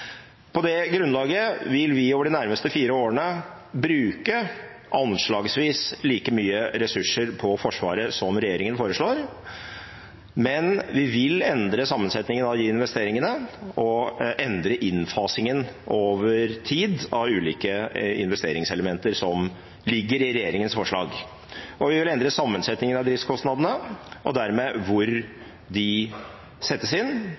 På det grunnlaget vil vi over de nærmeste fire årene bruke anslagsvis like mye ressurser på Forsvaret som regjeringen foreslår, men vi vil endre sammensetningen av de investeringene og endre innfasingen over tid av ulike investeringselementer som ligger i regjeringens forslag. Vi vil også endre sammensetningen av disse kostnadene, og dermed også hvor de settes inn,